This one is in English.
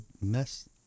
mess